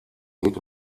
geht